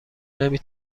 نمی